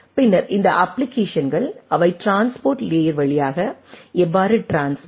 பின்னர் இந்த அப்ப்ளிகேஷன்ஸ்கள் அவை டிரான்ஸ்போர்ட் லேயர் வழியாக எவ்வாறு ட்ரான்ஸ்மிட்